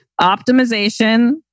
optimization